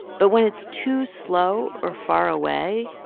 but when it's too slow or far away,